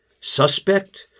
suspect